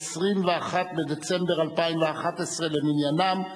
21 בדצמבר 2011 למניינם,